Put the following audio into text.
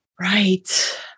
Right